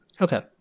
Okay